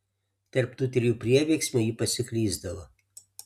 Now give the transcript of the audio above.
tarp tų trijų prieveiksmių ji pasiklysdavo